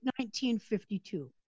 1952